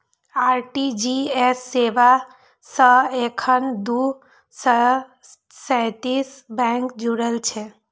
RTGS सेवा सं एखन दू सय सैंतीस बैंक जुड़ल छै